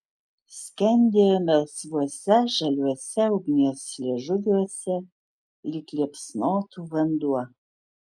skendėjo melsvuose žaliuose ugnies liežuviuose lyg liepsnotų vanduo